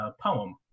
poem